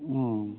उम